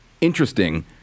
interesting